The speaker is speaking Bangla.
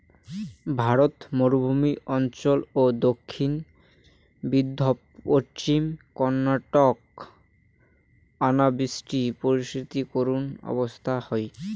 ভারতর মরুভূমি অঞ্চল ও দক্ষিণ বিদর্ভ, পশ্চিম কর্ণাটকত অনাবৃষ্টি পরিস্থিতি করুণ অবস্থা হই